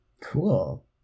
cool